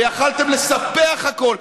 יכולתם לספח הכול,